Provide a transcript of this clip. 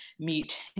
meet